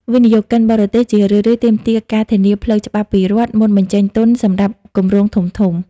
វិនិយោគិនបរទេសជារឿយៗទាមទារការធានាផ្លូវច្បាប់ពីរដ្ឋ មុនបញ្ចេញទុនសម្រាប់គម្រោងធំៗ។